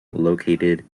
located